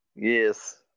Yes